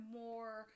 more